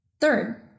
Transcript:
Third